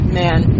man